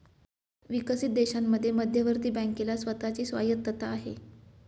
विकसित देशांमध्ये मध्यवर्ती बँकेला स्वतः ची स्वायत्तता आहे